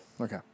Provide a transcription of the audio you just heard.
Okay